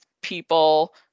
people